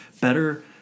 Better